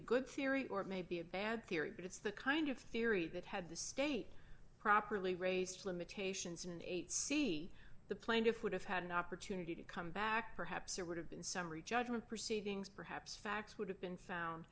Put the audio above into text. a good theory or maybe a bad theory but it's the kind of theory that had the state properly raised limitations in eight c the plaintiff would have had an opportunity to come back perhaps there would have been summary judgment proceedings perhaps facts would have been found